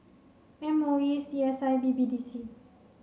M O E C S I and B B D C